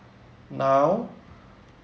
now